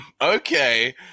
Okay